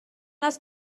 است